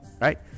right